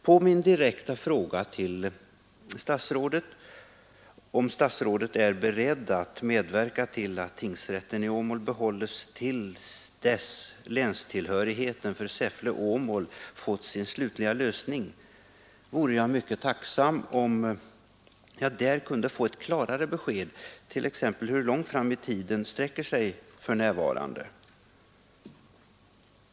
På min direkta fråga, om statsrådet är beredd att medverka till att tingsrätten i Åmål behålls till dess länstillhörigheten för Säffle-Åmål fått sin slutliga lösning, vore jag mycket tacksam, om jag där kunde få ett klarare besked, t.ex. hur långt fram i tiden begreppet ”för närvarande” sträcker sig.